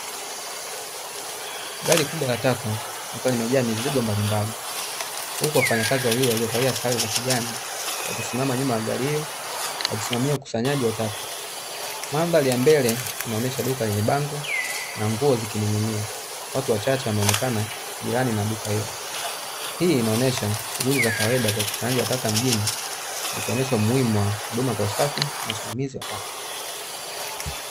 Gari kubwa la taka likiwa limejaa mizigo mbalimbali, huku wafanyakazi wawili waliovalia sare za kijani wakisimama nyuma ya gari hio wakisimamia ukusanyaji wa taka. Mandhari ya mbele inaonyesha duka lenye bango na nguo zikining'inia, watu wachache wameonekana jirani na duka hilo. Hii inaonesha shughuli za kawaida za ukusanyaji wa taka mjini ikionesha umuhimu wa huduma za usafi na usimamizi wa taka.